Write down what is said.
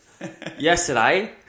Yesterday